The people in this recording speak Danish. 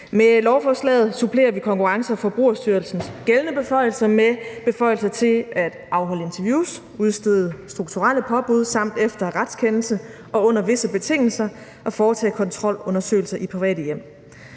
Med lovforslaget supplerer vi Konkurrence- og Forbrugerstyrelsens gældende beføjelser med beføjelser til at afholde interviews, udstede strukturelle påbud samt efter retskendelse og under visse betingelser at foretage kontrolundersøgelser i private hjem.